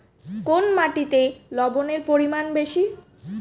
কোন মাটিতে লবণের পরিমাণ বেশি?